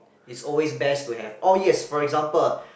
is always best to have oh yes for example